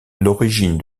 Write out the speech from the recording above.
l’origine